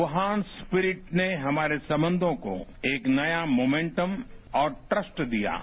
Wuhan spirit ने हमारे संबंधों को एक नया मोमेन्टम और ट्रस्ट दिया है